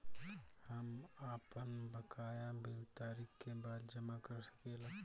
हम आपन बकाया बिल तारीख क बाद जमा कर सकेला?